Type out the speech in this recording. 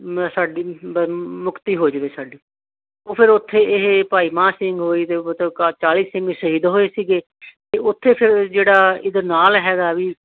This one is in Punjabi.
ਮੈਂ ਸਾਡੀ ਮ ਮੁਕਤੀ ਹੋ ਜਾਵੇ ਸਾਡੀ ਉਹ ਫਿਰ ਉੱਥੇ ਇਹ ਭਾਈ ਮਹਾਂ ਸਿੰਘ ਹੋਰੀ ਦੇ ਮਤਲਬ ਕਾ ਚਾਲ੍ਹੀ ਸਿੰਘ ਸ਼ਹੀਦ ਹੋਏ ਸੀਗੇ ਅਤੇ ਉੱਥੇ ਫਿਰ ਜਿਹੜਾ ਇਹਦਾ ਨਾਲ ਹੈਗਾ ਵੀ